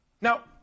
Now